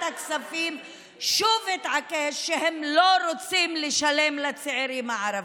הכספים שוב התעקש שהם לא רוצים לשלם לצעירים הערבים.